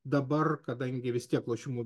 dabar kadangi vis tiek lošimų